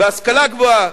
בהשכלה גבוהה,